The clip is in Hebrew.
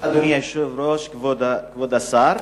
אדוני היושב-ראש, כבוד השר,